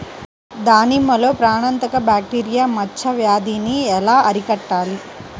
దానిమ్మలో ప్రాణాంతక బ్యాక్టీరియా మచ్చ వ్యాధినీ ఎలా అరికట్టాలి?